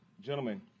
Gentlemen